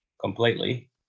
completely